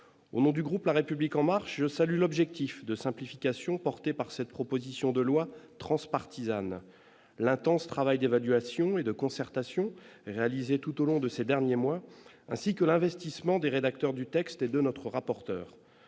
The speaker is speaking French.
au nom du groupe La République en marche, je salue l'objectif de simplification portés par cette proposition de loi transpartisane l'intense travail d'évaluation et de concertation réalisé tout au long de ces derniers mois, ainsi que l'investissement des rédacteurs du texte et de notre rapporteur,